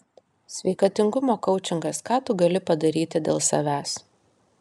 sveikatingumo koučingas ką tu gali padaryti dėl savęs